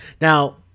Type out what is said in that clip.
Now